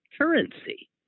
currency